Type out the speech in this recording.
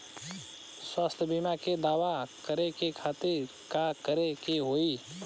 स्वास्थ्य बीमा के दावा करे के खातिर का करे के होई?